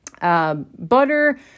Butter